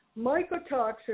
Mycotoxins